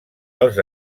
els